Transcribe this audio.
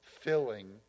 filling